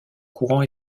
courant